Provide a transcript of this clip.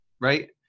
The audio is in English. Right